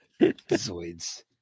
Zoids